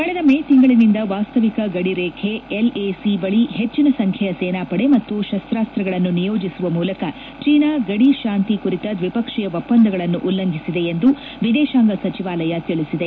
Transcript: ಕಳೆದ ಮೇ ತಿಂಗಳಿಂದ ವಾಸ್ತವಿಕ ಗಡಿ ರೇಖೆ ಎಲ್ಎಸಿ ಬಳಿ ಹೆಚ್ಚಿನ ಸಂಖ್ಯೆಯ ಸೇನಾಪಡೆ ಮತ್ತು ಶಸ್ತಾಸ್ತ್ರಗಳನ್ನು ನಿಯೋಜಿಸುವ ಮೂಲಕ ಚೀನಾ ಗದಿ ಶಾಂತಿ ಕುರಿತ ದ್ವಿಪಕ್ಷೀಯ ಒಪ್ಪಂದಗಳನ್ನು ಉಲ್ಲಂಘಿಸಿದೆ ಎಂದು ವಿದೇಶಾಂಗ ಸಚಿವಾಲಯ ತಿಳಿಸಿದೆ